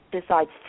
decides